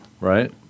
right